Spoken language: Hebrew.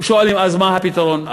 שואלים: אז מה הפתרון?